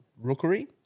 Rookery